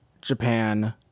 Japan